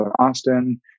Austin